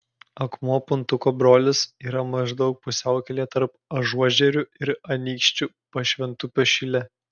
akmuo puntuko brolis yra maždaug pusiaukelėje tarp ažuožerių ir anykščių pašventupio šile